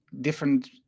different